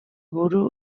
buru